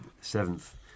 seventh